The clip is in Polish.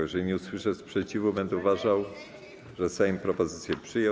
Jeżeli nie usłyszę sprzeciwu, będę uważał, że Sejm propozycję przyjął.